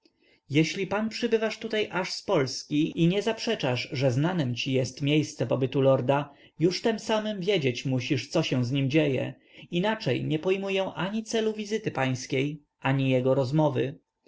jeśli pan przybywasz tutaj aż z polski i nie zaprzeczasz że znanem ci jest miejsce pobytu lorda już tem samem wiedzieć musisz co się z nim dzieje inaczej nie pojmuję ani celu wizyty pańskiej ani jego rozmowy